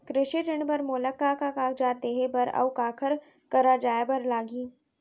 कृषि ऋण बर मोला का का कागजात देहे बर, अऊ काखर करा जाए बर लागही?